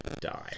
die